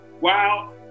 Wow